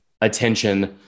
attention